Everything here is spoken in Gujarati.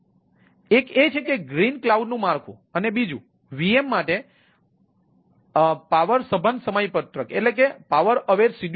તેથી એક એ છે કે ગ્રીન ક્લાઉડનું માળખું છે